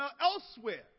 elsewhere